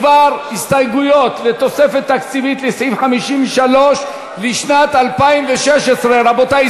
להסתייגויות בדבר תוספת תקציבית לסעיף 53 לשנת 2016. רבותי,